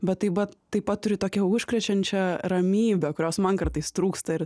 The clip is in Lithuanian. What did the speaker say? bet taip bat taip pat turi tokią užkrečiančią ramybę kurios man kartais trūksta ir